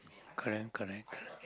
correct correct